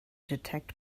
detect